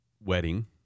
wedding